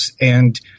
And-